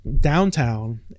downtown